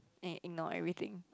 and ignore everything